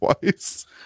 twice